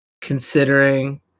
considering